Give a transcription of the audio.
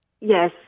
Yes